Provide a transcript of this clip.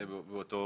לפי הנסיבות